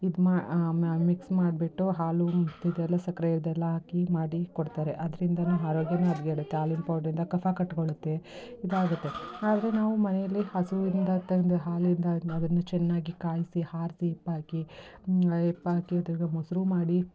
ಇದು ಮಾ ಮಿಕ್ಸ್ ಮಾಡಿಬಿಟ್ಟು ಹಾಲು ಮತ್ತಿದೆಲ್ಲ ಸಕ್ಕರೆ ಇದೆಲ್ಲ ಹಾಕಿ ಮಾಡಿ ಕೊಡ್ತಾರೆ ಅದ್ರಿಂದಲೂ ಆರೋಗ್ಯವೂ ಹದಗೆಡತ್ತೆ ಹಾಲಿನ ಪೌಡ್ರಿಂದ ಕಫ ಕಟ್ಟಿಕೊಳ್ಳುತ್ತೆ ಇದಾಗುತ್ತೆ ಆದರೆ ನಾವು ಮನೆಯಲ್ಲಿ ಹಸುವಿಂದ ತಂದು ಹಾಲಿಂದ ಅದ್ನ ಅದನ್ನು ಚೆನ್ನಾಗಿ ಕಾಯಿಸಿ ಆರ್ಸಿ ಹೆಪ್ಪಾಕಿ ಹೆಪ್ಪಾಕಿ ತಿರುಗಾ ಮೊಸರು ಮಾಡಿ